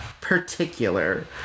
particular